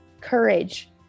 courage